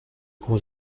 gros